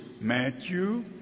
Matthew